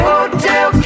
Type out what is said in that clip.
Hotel